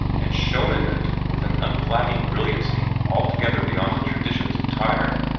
and shone in it with an unflagging brilliancy altogether beyond the traditions of tyre.